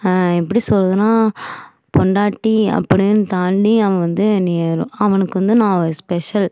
எப்படி சொல்லுறதுனா பொண்டாட்டி அப்படின்னு தாண்டி அவன் வந்து என்னையை அவனுக்கு வந்து நான் ஒரு ஸ்பெஷல்